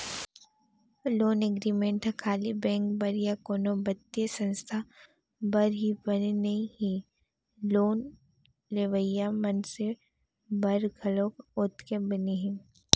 loan agreement ह खाली bank बर या कोनो बित्तीय संस्था बर ही बने नइ हे लोन लेवइया मनसे बर घलोक ओतके बने हे